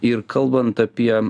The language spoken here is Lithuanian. ir kalbant apie